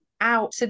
out